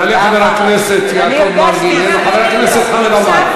יעלה חבר הכנסת חמד עמאר.